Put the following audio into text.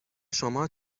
شما